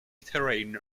terrain